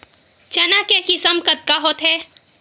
चना के किसम कतका होथे?